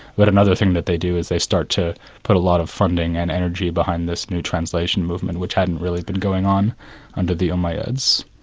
but another thing that they do is they start to put a lot of funding and energy behind this new translation movement, which hadn't really been going on under the umayyads.